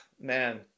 man